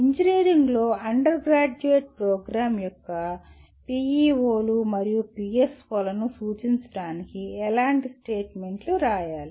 ఇంజనీరింగ్లో undergraduate programme యొక్క పిఇఓలు మరియు పిఎస్ఓలను సూచించడానికి ఎలాంటి స్టేట్మెంట్లు రాయాలి